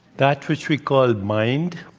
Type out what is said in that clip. that which we call mind,